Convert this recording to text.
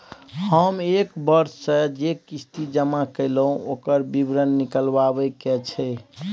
हम एक वर्ष स जे किस्ती जमा कैलौ, ओकर विवरण निकलवाबे के छै?